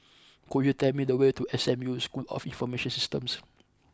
could you tell me the way to S M U School of Information Systems